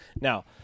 Now